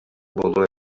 буолуо